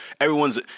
everyone's